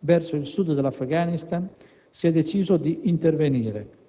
verso il Sud dell'Afghanistan, si è deciso di intervenire.